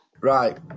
Right